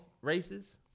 races